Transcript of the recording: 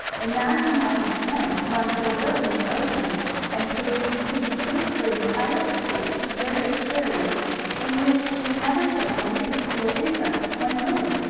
imagine my dismay when her will was opened and proved to bequeath her entire estate to various charities in which she never took any particular interest when living.